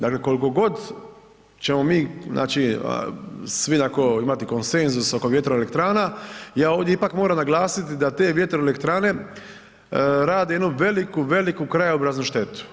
Dakle koliko god ćemo mi svi onako imati konsenzus oko vjetroelektrana, ja ovdje ipak moram naglasiti da te vjetroelektrane rade jednu veliku, veliku krajobraznu štetu.